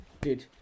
dude